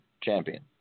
champion